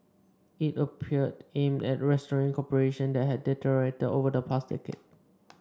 it appeared aimed at restoring cooperation that had deteriorated over the past decade